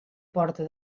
porta